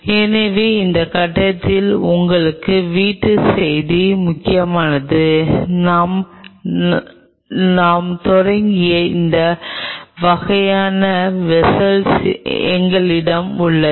எனவே இந்த கட்டத்தில் உங்களுக்கான வீட்டுச் செய்தி முக்கியமானது ஆம் நான் தொடங்கிய இந்த வகையான வெஸ்ஸல் எங்களிடம் உள்ளன